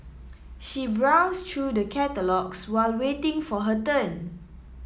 she browsed through the catalogues while waiting for her turn